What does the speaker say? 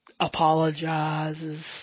apologizes